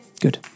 good